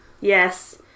Yes